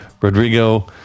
Rodrigo